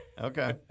Okay